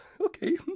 Okay